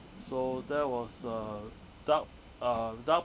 so that was a dark a dark